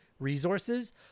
resources